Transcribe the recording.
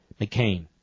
McCain